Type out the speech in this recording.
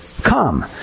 Come